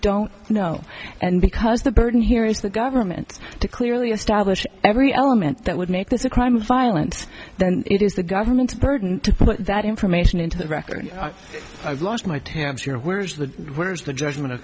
don't know and because the burden here is the government to clearly establish every element that would make this a crime of violence then it is the government's burden to put that information into the record i've lost my tabs you're aware of the where's the judgment